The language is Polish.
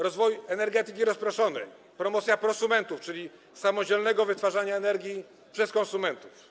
Rozwój energetyki rozproszonej, promocja prosumentów, czyli samodzielnego wytwarzania energii przez konsumentów.